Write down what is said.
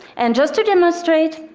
and just to demonstrate,